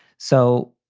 so,